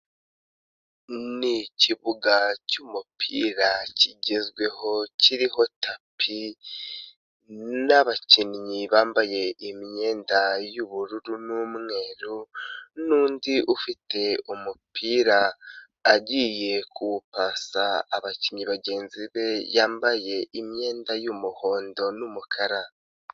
Ni ikibuga cy'umupira kigezweho kiriho tapi n'abakinnyi bambaye imyenda y'ubururu n'umweru, n'undi ufite umupira agiye kuwupasa abakinnyi bagenzi be yambaye imyenda y'umuhondo n'umukara.